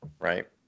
Right